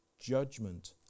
judgment